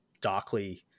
darkly